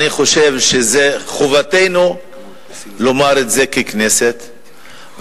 אני חושב שזו חובתנו ככנסת לומר את זה,